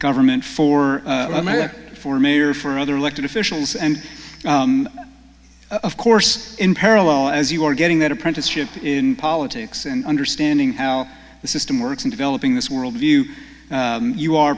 government for america for mayor for other elected officials and of course in parallel as you were getting that apprenticeship in politics and understanding how the system works in developing this worldview you are